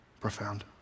Profound